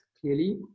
clearly